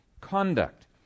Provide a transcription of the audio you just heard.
conduct